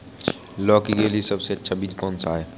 लौकी के लिए सबसे अच्छा बीज कौन सा है?